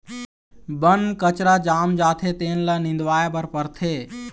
बन कचरा जाम जाथे तेन ल निंदवाए बर परथे